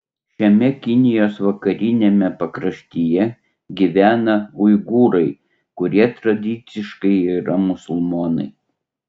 šiame kinijos vakariniame pakraštyje gyvena uigūrai kurie tradiciškai yra musulmonai